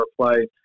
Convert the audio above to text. play